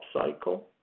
cycle